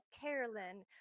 Carolyn